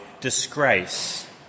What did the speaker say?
disgrace